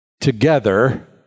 together